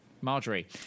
Marjorie